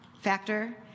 factor